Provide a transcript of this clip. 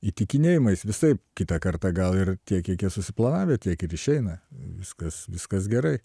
įtikinėjimais visaip kitą kartą gal ir tiek kiek jie susiplanavę tiek ir išeina viskas viskas gerai